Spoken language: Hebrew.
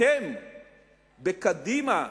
אתם בקדימה,